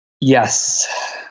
Yes